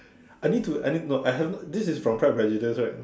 I need to I need not I have not this is from Pride Prejudice right